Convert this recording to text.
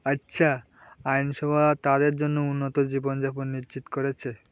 আচ্ছা আইনসভা তাদের জন্য উন্নত জীবনযাপন নিশ্চিত করেছে